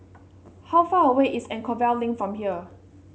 how far away is Anchorvale Link from here